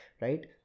right